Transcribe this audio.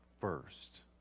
first